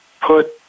put